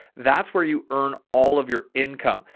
that's where you earn all of your income.